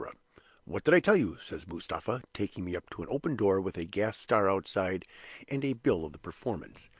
what did i tell you says mustapha, taking me up to an open door with a gas star outside and a bill of the performance.